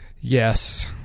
Yes